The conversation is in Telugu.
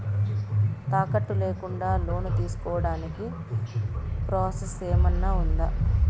తాకట్టు లేకుండా లోను తీసుకోడానికి ప్రాసెస్ ఏమన్నా ఉందా?